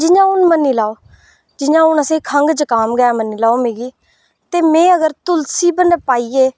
जि'यां हून मन्नी लेऔ जि'यां हून असें गी खंघ जकाम गै ऐ मन्नी लैओ मिगी ते में अगर तुलसी पाइयै